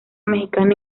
mexicana